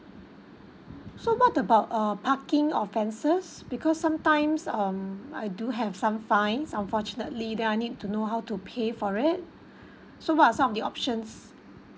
so what about err parking offences because sometimes um I do have some fines unfortunately then I need to know how to pay for it so what are some of the options